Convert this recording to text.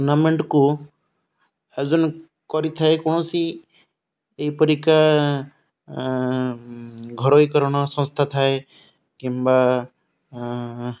ଟୁର୍ଣ୍ଣାମେଣ୍ଟ୍କୁ ଆୟୋଜନ କରିଥାଏ କୌଣସି ଏହିପରିକା ଘରୋଇକରଣ ସଂସ୍ଥା ଥାଏ କିମ୍ବା